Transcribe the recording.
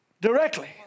directly